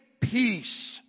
peace